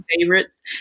favorites